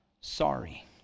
sorry